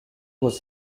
was